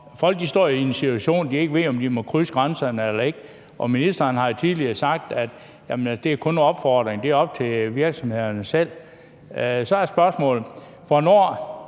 folk står i en situation, hvor de ikke ved, om de må krydse grænserne eller ikke må, og ministeren har jo tidligere sagt, at det er kun en opfordring, og det er op til virksomhederne selv. Så er spørgsmålet: Hvornår